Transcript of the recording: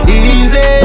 easy